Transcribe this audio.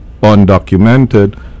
undocumented